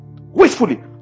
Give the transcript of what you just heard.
Wastefully